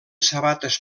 sabates